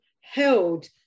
held